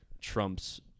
trumps